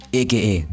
aka